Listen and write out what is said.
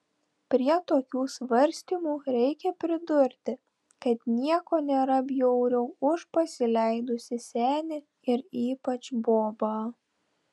prie tokių svarstymų reikia pridurti kad nieko nėra bjauriau už pasileidusį senį ir ypač bobą